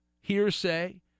hearsay